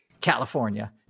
California